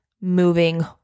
moving